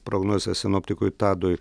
prognozes sinoptikui tadui